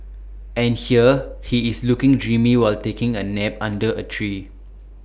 and here he is looking dreamy while taking A nap under A tree